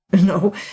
No